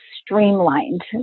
streamlined